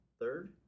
third